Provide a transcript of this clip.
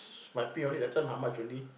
my pay only last time how much only